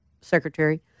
secretary